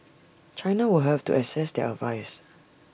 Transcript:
China will have to assess their advice